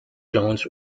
jones